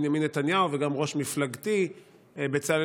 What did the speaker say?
בנימין נתניהו וגם לראש מפלגתי בצלאל